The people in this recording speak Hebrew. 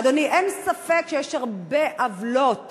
אדוני, אין ספק שיש הרבה עוולות